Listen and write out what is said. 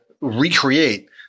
recreate